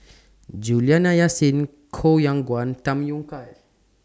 Juliana Yasin Koh Yong Guan Tham Yui Kai